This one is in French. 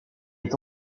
est